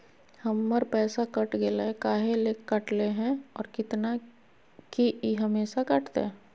हमर पैसा कट गेलै हैं, काहे ले काटले है और कितना, की ई हमेसा कटतय?